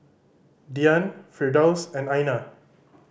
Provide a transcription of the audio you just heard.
Dian Firdaus and Aina